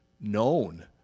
known